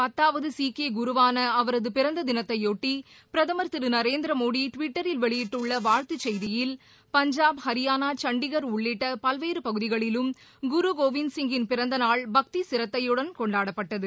பத்தாவது சீக்கிய குருவான அவரது பிறந்த தினத்தையொட்டி பிரதமர் பிரதமர் திரு நரேந்திரமோடி டிவிட்டரில் வெளியிட்டுள்ள வாழ்த்து செய்தியில் பஞ்சாப் ஹரியானா சண்டிகர் உள்ளிட்ட பல்வேறு பகுதிகளிலும் குருகோவிந்த் சிங்கின் பிறந்த நாள் பக்தி சிரத்தையுடன் கொண்டாடப்பட்டது